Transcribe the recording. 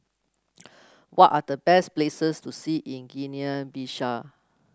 what are the best places to see in Guinea Bissau